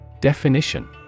Definition